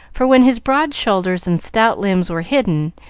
for when his broad shoulders and stout limbs were hidden,